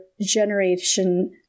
generation